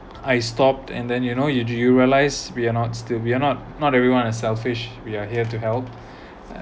I stopped and then you know you do you realise we are not still we are not not everyone a selfish we are here to help I